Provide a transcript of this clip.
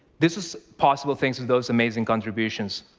this is possible thanks for those amazing contributions.